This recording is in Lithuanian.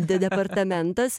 de departamentas